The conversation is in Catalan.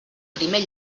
primer